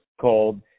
called